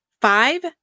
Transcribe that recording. Five